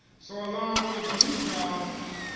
so along with the new jobs,